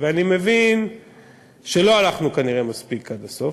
ואני מבין שלא הלכנו מספיק עד הסוף.